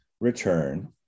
return